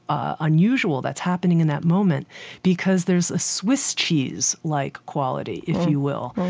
unusual that's happening in that moment because there's a swiss cheese-like like quality, if you will,